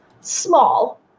small